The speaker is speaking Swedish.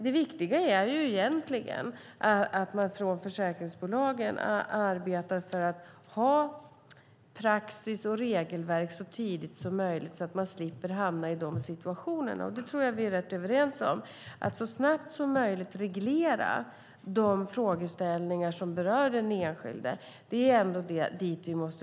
Det viktiga är egentligen att man från försäkringsbolagen arbetar för att ha praxis och regelverk så tidigt som möjligt så att man slipper hamna i dessa situationer. Det tror jag att vi är rätt överens om: Vi måste sträva mot att så snabbt som möjligt reglera de frågeställningar som berör den enskilde.